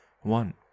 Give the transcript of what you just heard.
one